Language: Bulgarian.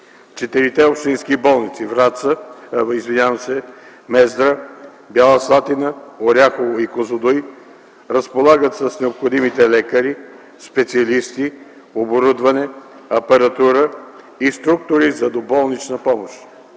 Четирите общински болници – Мездра, Бяла Слатина, Оряхово и Козлодуй разполагат с необходимите лекари, специалисти, оборудване, апаратура и структури за доболнична помощ.